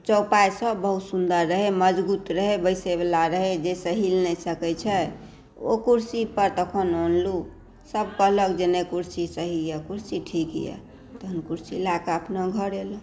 चौपाइ सभ बहुत सुन्दर रहै मजबुत रहै बैसे वला रहै जे सँ हिल नहि सकै छै ओ कुर्सी पर तखन अनलहुँ सभ कहलक जे नहि कुर्सी सही यऽ सभ चीज ठीक यऽ तहँ कुर्सी लए कऽ अपन घर एलहुँ